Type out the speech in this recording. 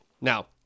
Now